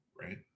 right